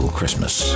Christmas